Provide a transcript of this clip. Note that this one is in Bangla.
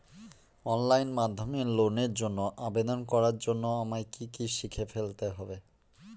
অনলাইন মাধ্যমে লোনের জন্য আবেদন করার জন্য আমায় কি কি শিখে ফেলতে হবে?